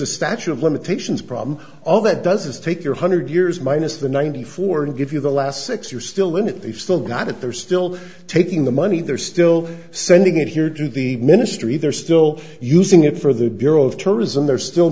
a statute of limitations problem all that does is take your hundred years minus the ninety four and give you the last six you're still in it they've still got it they're still taking the money they're still sending it here to the ministry they're still using it for the bureau of tourism they're still